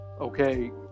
okay